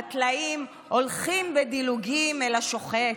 הטלאים הולכים בדילוגים אל השוחט,